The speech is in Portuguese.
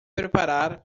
preparar